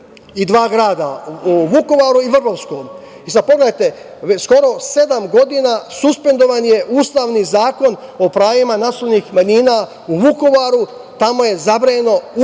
i dva grada, u Vukovaru i Vrbovskom. Sad vi pogledajte, skoro sedam godina suspendovan je ustavni Zakon o pravima nacionalnih manjina u Vukovaru. Tamo je zabranjena